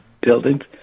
buildings